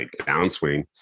downswing